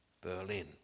Berlin